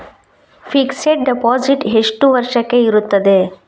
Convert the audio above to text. Fixed deposit ಎಷ್ಟು ವರ್ಷಕ್ಕೆ ಇರುತ್ತದೆ?